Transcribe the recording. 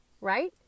right